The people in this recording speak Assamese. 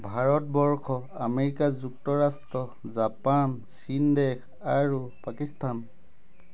ভাৰতবৰ্ষ আমেৰিকা যুক্তৰাষ্ট্ৰ জাপান চীন দেশ আৰু পাকিস্তান